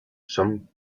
son